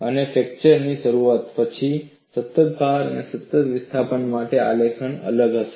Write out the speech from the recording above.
અને ફ્રેક્ચર ની શરૂઆત પછી સતત ભાર અને સતત વિસ્થાપન માટે આલેખ અલગ હશે